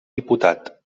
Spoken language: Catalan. diputat